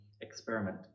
experiment